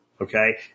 Okay